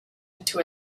into